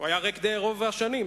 הוא היה ריק רוב השנים,